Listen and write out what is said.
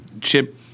Chip